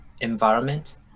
environment